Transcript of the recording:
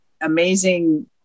amazing